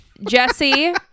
Jesse